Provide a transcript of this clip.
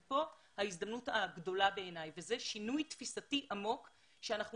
בעיניי כאן ההזדמנות הגדולה וזה שינוי תפיסתי עמוק שאנחנו